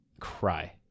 cry